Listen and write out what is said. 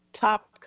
top